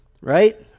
right